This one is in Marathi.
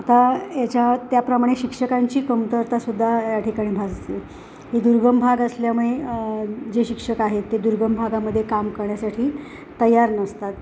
आता याच्या त्याप्रमाणे शिक्षकांची कमतरतासुद्धा या ठिकाणी भासते हे दुर्गम भाग असल्यामुळे जे शिक्षक आहेत ते दुर्गम भागामध्ये काम करण्यासाठी तयार नसतात